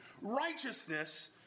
righteousness